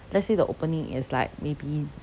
let's say the opening is like maybe